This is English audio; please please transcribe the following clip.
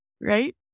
Right